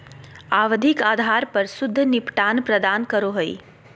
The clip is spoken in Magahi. आवधिक आधार पर शुद्ध निपटान प्रदान करो हइ